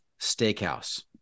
steakhouse